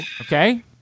Okay